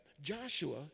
Joshua